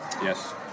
Yes